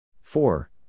Four